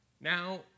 Now